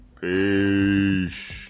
Peace